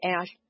ash